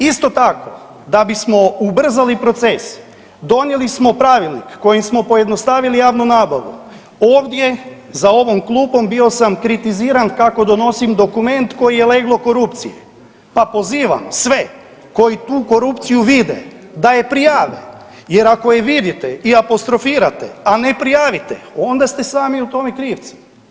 Isto tako da bismo ubrzali proces donijeli smo pravilnik kojim smo pojednostavili javnu nabavu, ovdje za ovom klupom bio sam kritiziran kako donosim dokument koji je leglo korupcije, pa pozivam sve koji tu korupciju vide da je prijave jer ako je vidite i apostrofirate, a ne prijavite onda ste sami u tome krivci.